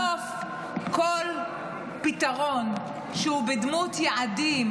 בסוף כל פתרון שהוא בדמות יעדים,